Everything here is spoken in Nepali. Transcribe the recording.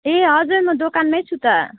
ए हजुर म दोकानमै छु त